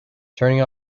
turning